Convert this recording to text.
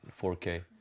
4K